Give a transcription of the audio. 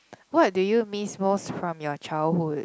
what do you miss most from your childhood